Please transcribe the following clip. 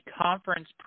conference